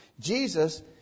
Jesus